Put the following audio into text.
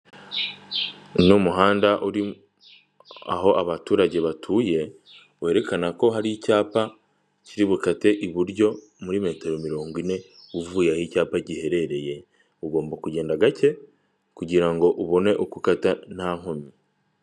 Ni umuhanda uri aho abaturage batuye werekana ko hari icyapa kiri bukate iburyo muri metero mirongo ine uvuye aho icyapa giherereye ugomba kugenda gake kugirango ubone uko ukata nta nkomyi.